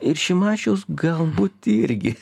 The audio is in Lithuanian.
ir šimašiaus galbūt irgi